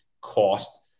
cost